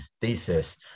thesis